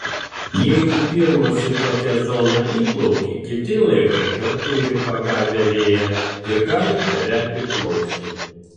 jeigu pirmas į tokią zoną įplauki kiti laivai dar turi pagavę vėją ir gali tave apiplaukti